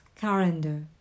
calendar